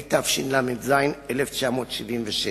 התשל"ז 1977,